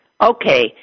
okay